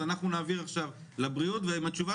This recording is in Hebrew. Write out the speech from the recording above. אז אנחנו נעביר עכשיו לבריאות ועם התשובה